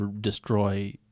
destroy